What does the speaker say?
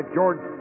George